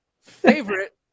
favorite